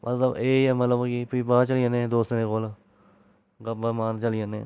मतलब एह् ही ऐ मतलब फिरी बाह्र चली जन्ने दोस्तें दे कोल गप्पां मारन चली जन्नें